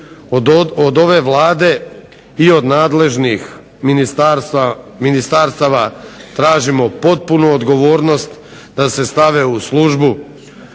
Od ove Vlade i od nadležnih ministarstava tražimo potpunu odgovornost da se stave u službu